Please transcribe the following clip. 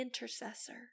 intercessor